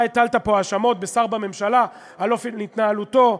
אתה הטלת פה האשמות בשר בממשלה על אופן התנהלותו?